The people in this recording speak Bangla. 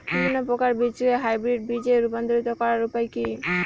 বিভিন্ন প্রকার বীজকে হাইব্রিড বীজ এ রূপান্তরিত করার উপায় কি?